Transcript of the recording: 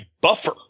buffer